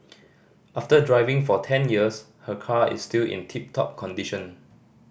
after driving for ten years her car is still in tip top condition